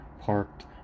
parked